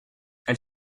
elle